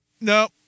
No